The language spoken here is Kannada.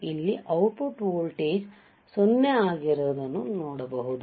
ಇಲ್ಲಿ ಔಟ್ಪುಟ್ ವೋಲ್ಟೇಜ್ 0 ಆಗಿರುವುದನ್ನು ನೋಡಬಹುದು